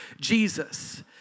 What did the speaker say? Jesus